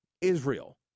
Israel